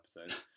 episode